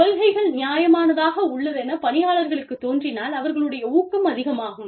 கொள்கைகள் நியாயமானதாக உள்ளதென பணியாளர்களுக்குத் தோன்றினால் அவர்களுடைய ஊக்கம் அதிகமாகும்